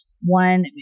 One